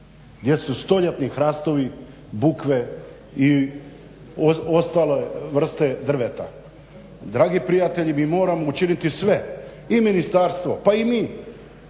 Gdje su stoljetni hrastovi, bukve i ostale vrste drveta. Dragi prijatelji mi moramo učiniti sve i ministarstvo pa i mi